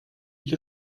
ich